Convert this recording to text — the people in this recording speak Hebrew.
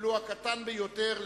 ולו הקטן ביותר,